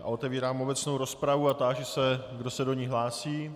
Otevírám obecnou rozpravu a táži se, kdo se do ní hlásí.